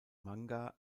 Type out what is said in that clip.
manga